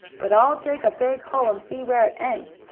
but i'll dig a big hole, and see where it ends.